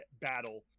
battle